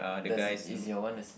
does is your one the same